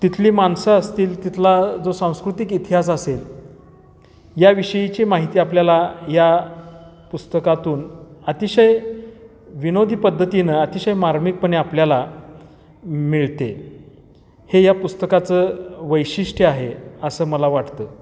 तिथली माणसं असतील तिथला जो सांस्कृतिक इतिहास असेल या विषयीची माहिती आपल्याला या पुस्तकातून अतिशय विनोदी पद्धतीनं अतिशय मार्मिकपणे आपल्याला मिळते हे या पुस्तकाचं वैशिष्ट्य आहे असं मला वाटतं